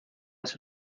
ser